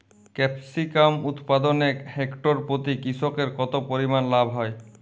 Capsicum উৎপাদনে hectare প্রতি কৃষকের কত পরিমান লাভ হয়?